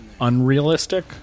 unrealistic